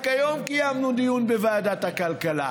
רק היום קיימנו דיון בוועדת הכלכלה.